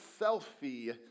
selfie